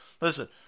Listen